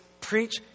preach